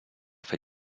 fer